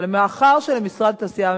אבל מאחר שלמשרד התעשייה,